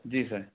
जी sir